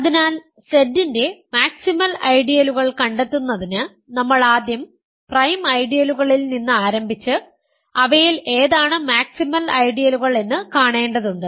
അതിനാൽ Z ന്റെ maximal ഐഡിയലുകൾ കണ്ടെത്തുന്നതിന് നമ്മൾ ആദ്യം പ്രൈം ഐഡിയലുകളിൽ നിന്ന് ആരംഭിച്ച് അവയിൽ ഏതാണ് മാക്സിമൽ ഐഡിയലുകൾ എന്ന് കാണേണ്ടതുണ്ട്